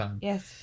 Yes